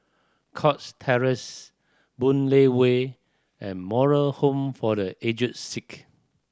Cox Terrace Boon Lay Way and Moral Home for The Aged Sick